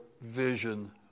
vision